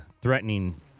threatening